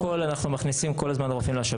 קודם כל, אנחנו מכניסים כל הזמן רופאים לשב"ן.